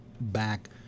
back